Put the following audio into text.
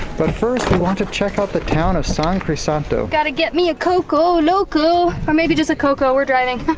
but first we want to check out the town of san crisanto. gotta get me a coco loco! or maybe just a coco, we're driving.